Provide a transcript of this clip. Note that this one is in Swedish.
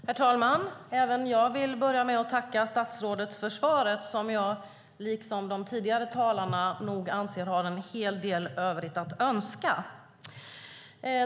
Herr talman! Även jag tackar statsrådet för svaret som jag liksom tidigare talare anser lämnar en hel del övrigt att önska.